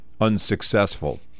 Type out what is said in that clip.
unsuccessful